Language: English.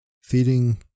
Feeding